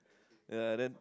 yeah then